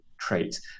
trait